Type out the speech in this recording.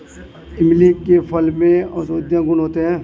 इमली के फल में औषधीय गुण होता है